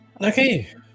okay